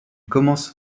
commence